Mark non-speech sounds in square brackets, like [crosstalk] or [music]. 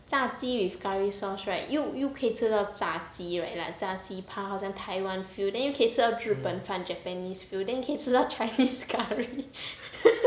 炸鸡 with curry sauce right 又又可以吃到炸鸡 right like 炸鸡扒好像 taiwan feels then 又可以吃到日本饭 japanese feel then 你可以吃到 chinese curry [laughs]